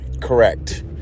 correct